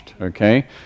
okay